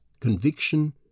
conviction